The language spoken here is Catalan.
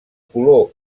color